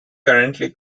currently